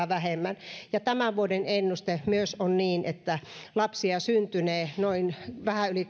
vähemmän tämän vuoden ennuste myös on että lapsia syntynee vähän yli